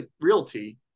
Realty